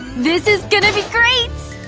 this is gonna be great!